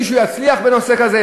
מישהו יצליח בנושא כזה?